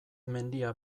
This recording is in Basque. mendia